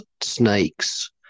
snakes